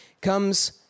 comes